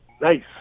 nice